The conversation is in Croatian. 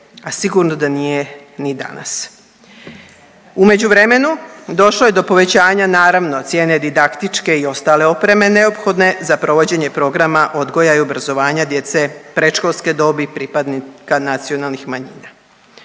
a sigurno da nije ni danas. U međuvremenu došlo je do povećanja, naravno, cijene didaktičke i ostale opreme neophodne za provođenje programa odgoja i obrazovanja djece predškolske dobi pripadnika nacionalnih manjina.